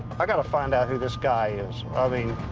i got to find out who this guy is. um i mean,